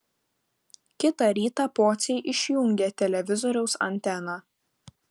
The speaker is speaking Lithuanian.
kitą rytą pociai išjungė televizoriaus anteną